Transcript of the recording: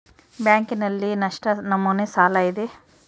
ಬ್ಯಾಂಕಿನಲ್ಲಿ ಎಷ್ಟು ನಮೂನೆ ಸಾಲ ಇದೆ?